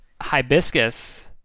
hibiscus